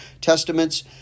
Testaments